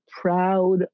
proud